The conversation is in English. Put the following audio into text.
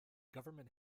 government